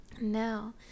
Now